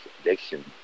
addiction